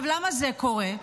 למה זה קורה?